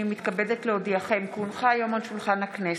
כי הונחה היום על שולחן הכנסת,